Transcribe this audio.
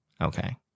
Okay